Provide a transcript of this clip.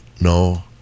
No